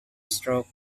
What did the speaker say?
stroke